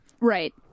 Right